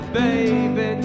baby